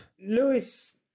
Lewis